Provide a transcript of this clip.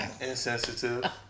insensitive